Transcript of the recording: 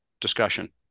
Discussion